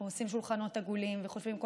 אנחנו עושים שולחנות עגולים וחושבים כל